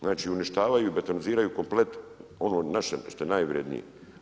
Znači uništavaju i betoniziraju komplet ono naše što je najvrijednije.